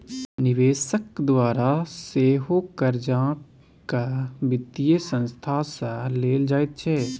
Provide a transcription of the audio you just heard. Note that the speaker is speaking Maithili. निवेशकक द्वारा सेहो कर्जाकेँ वित्तीय संस्था सँ लेल जाइत छै